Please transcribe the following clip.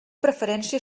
preferència